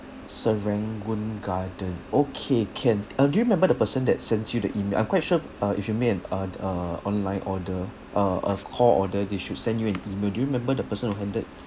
serangoon garden okay can uh do you remember the person that sent you the email I'm quite sure uh if you made an uh uh online order uh a call order they should send you an email do you remember the person who handled